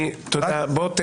אני אשמח לבוא.